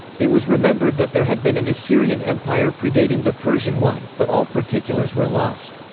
it was remembered that there had been an assyrian empire predating the persian one, but all particulars were lost.